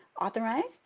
authorized